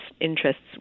interests